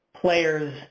players